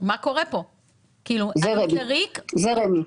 האם בהגדרה